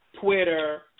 Twitter